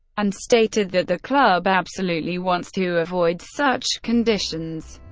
and stated that the club absolutely wants to avoid such conditions.